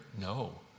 No